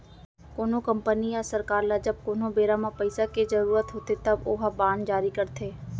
कोनो कंपनी या सरकार ल जब कोनो बेरा म पइसा के जरुरत होथे तब ओहा बांड जारी करथे